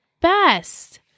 best